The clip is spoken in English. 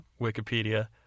Wikipedia